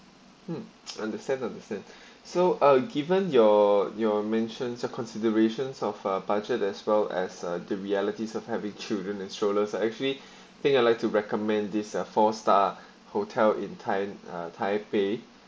mm understand understand so uh given your your mentions considerations of uh budget as well as uh the realities of having children and strollers uh actually think I'd like to recommend this uh four star hotel in tai~ uh taipei